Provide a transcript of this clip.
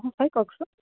অঁ হয় কওকচোন